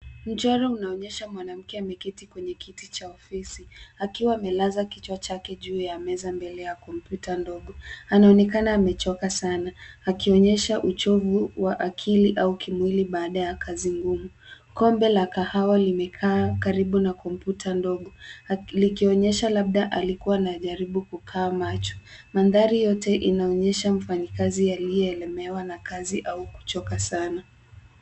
Mchoro unaonyesha mwanamke ameketi kwenye kiti cha ofisi, akiwa amelaza kichwa yake kwenye meza mbele ya kompyuta ndogo. Anaonekana amechoka sana, akionyesha uchovu wa akili au kimwili baada ya kazi ngumu. Kombe la kahawa limekaa karibu na kompyuta ndogo, likionyesha labda alikuwa anajaribu kukaa macho. Mandhari yote inaonyesha mfanyikazi aliye lemewa na kazi au kuchoka sana.